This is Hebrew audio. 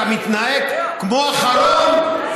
אתה מתנהג כמו אחרון,